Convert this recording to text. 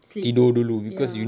sleep ya